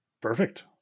Perfect